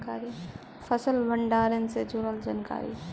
फसल भंडारन से जुड़ल जानकारी?